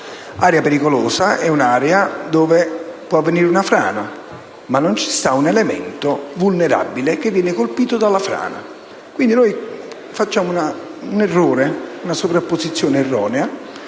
L'area pericolosa è un'area dove può avvenire una frana, ma non c'è un elemento vulnerabile che viene colpito dalla frana. Quindi facciamo un errore ed una sovrapposizione erronea,